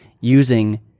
using